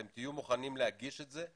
אתם תהיו מוכנים להגיש את זה?